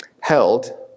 held